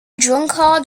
drunkard